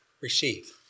receive